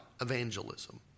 evangelism